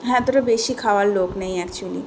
হ্যাঁ এতোটা বেশি খাওয়ার লোক নেই একচুয়েলি